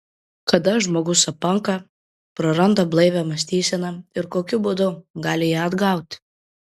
kada žmogus apanka praranda blaivią mąstyseną ir kokiu būdu gali ją atgauti